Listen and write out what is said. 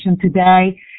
today